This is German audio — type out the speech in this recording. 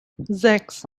sechs